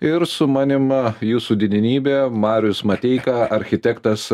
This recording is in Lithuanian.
ir su manim jūsų didenybė marius mateika architektas